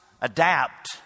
adapt